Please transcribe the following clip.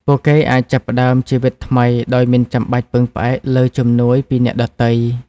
ពួកគេអាចចាប់ផ្តើមជីវិតថ្មីដោយមិនចាំបាច់ពឹងផ្អែកលើជំនួយពីអ្នកដទៃ។